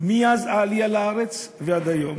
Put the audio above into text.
מאז העלייה לארץ ועד היום.